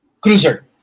cruiser